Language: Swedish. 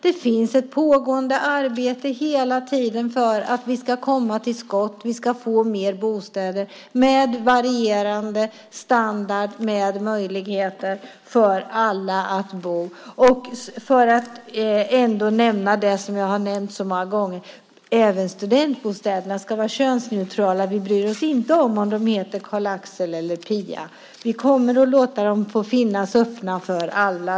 Det pågår ett arbete hela tiden för att vi ska komma till skott och få fler bostäder, med varierande standard, så att alla får möjlighet till bostad. Låt mig också nämna det som jag nämnt många gånger tidigare: Även studentbostäderna ska vara könsneutrala. Vi bryr oss inte om ifall kvarteren heter Karl-Axel eller Pia. Vi kommer att låta dem vara öppna för alla.